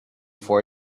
for